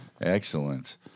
excellent